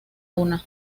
una